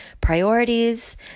Priorities